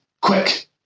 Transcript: Quick